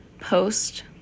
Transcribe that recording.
post